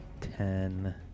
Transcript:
ten